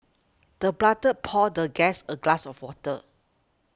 the butler poured the guest a glass of water